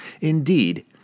Indeed